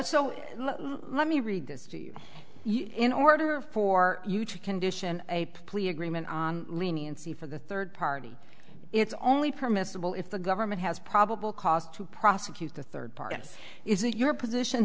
so let me read this to you in order for you to condition a plea agreement on leniency for the third party it's only permissible if the government has probable cause to prosecute the third party is it your position